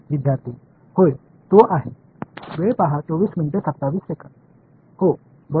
विद्यार्थी होय तो आहे हो बरोबर